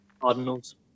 Cardinals